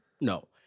No